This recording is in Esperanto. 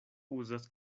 uzas